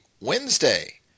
Wednesday